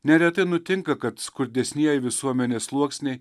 neretai nutinka kad skurdesnieji visuomenės sluoksniai